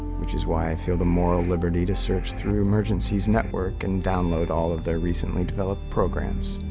which is why i feel the moral liberty to search through emergent see's network and download all of their recently developed programs.